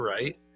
Right